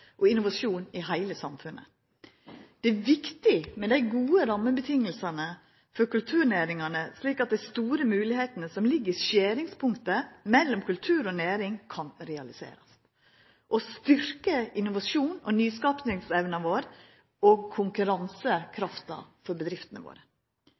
og innovasjon i heile samfunnet. Det er viktig med dei gode rammevilkåra for kulturnæringane, slik at dei store moglegheitene som ligg i skjeringspunktet mellom kultur og næring, kan realiserast og styrkje innovasjons- og nyskapingsevna vår og konkurransekrafta til bedriftene våre.